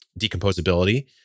decomposability